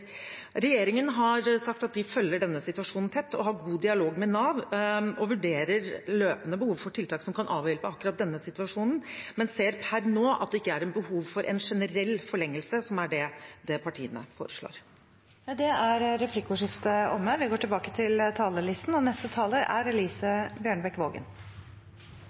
Regjeringen har sagt at de følger denne situasjonen tett og har god dialog med Nav, og at de løpende vurderer behov for tiltak som kan avhjelpe akkurat denne situasjonen, men ser per nå at det ikke er behov for en generell forlengelse, som er det partiene foreslår. Med det er replikkordskiftet omme. Høyreregjeringens kortsiktige og urettferdige politikk har skapt unødvendig store bekymringer for folk og